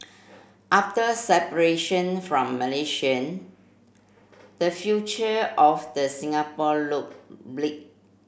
after separation from Malaysian the future of the Singapore looked bleak